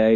I